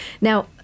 Now